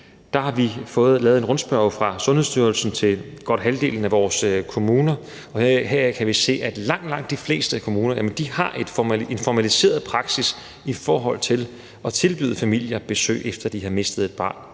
Der har vi fået lavet en rundspørge fra Sundhedsstyrelsen til godt halvdelen af vores kommuner, og heraf kan vi se, at langt, langt de fleste kommuner har en formaliseret praksis i forhold til at tilbyde familier besøg, efter at de har mistet et barn